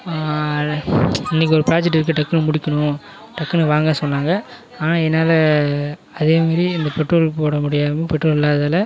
இன்னைக்கு ஒரு ப்ராஜெக்ட்டு இருக்குது டக்குனு முடிக்கணும் டக்குனு வாங்க சொன்னாங்க ஆனால் என்னால் அதே மாதிரி இந்த பெட்ரோல் போட முடியாமல் பெட்ரோல் இல்லாததால்